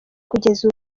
kugeza